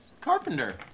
carpenter